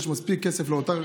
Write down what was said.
יש מספיק כסף לאותה,